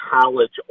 college